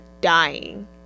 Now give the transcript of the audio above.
dying